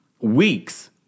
Weeks